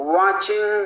watching